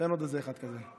תן עוד אחד כזה.